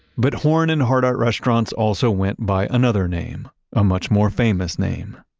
but horn and hardart restaurants also went by another name, a much more famous name,